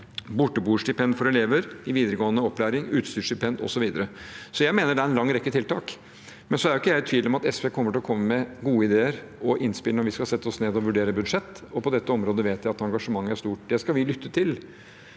borteboerstipend for elever i videregående opplæring, utstyrsstipend osv. Jeg mener det er en lang rekke tiltak. Men jeg er ikke i tvil om at SV kommer til å komme med gode ideer og innspill når vi skal sette oss ned og vurdere budsjett. På dette området vet jeg at engasjementet er stort, og det skal vi lytte til.